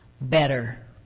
better